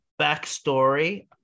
backstory